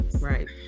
Right